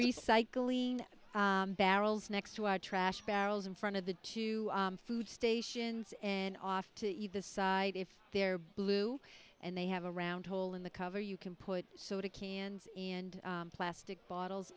recycling barrels next to our trash barrels in front of the two food stations and off to the side if they're blue and they have a round hole in the cover you can put soda cans and plastic bottles